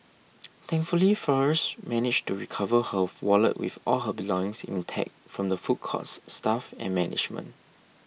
thankfully Flores managed to recover her wallet with all her belongings intact from the food court's staff and management